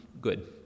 good